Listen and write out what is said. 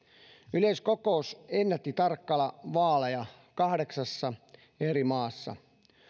yleiskokous ennätti tarkkailla vaaleja kahdeksassa eri maassa